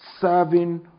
serving